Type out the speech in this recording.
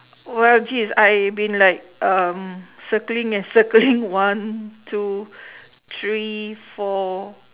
well geez I been like um circling and circling one two three four